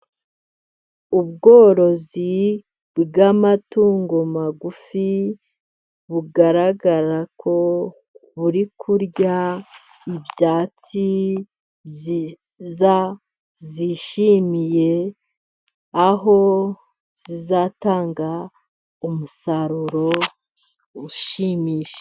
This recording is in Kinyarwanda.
Ubworozi bw'amatungo magufi bugaragara ko buri kurya ibyatsi byiza zishimiye aho zizatanga umusaruro ushimishije.